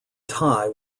tie